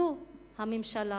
זו הממשלה